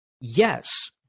yes